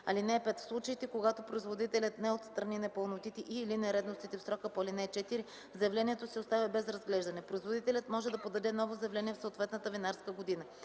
(5) В случаите, когато производителят не отстрани непълнотите и/или нередностите в срока по ал. 4, заявлението се оставя без разглеждане. Производителят може да подаде ново заявление в съответната винарска година.